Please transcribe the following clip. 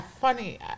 funny